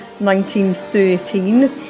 1913